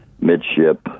midship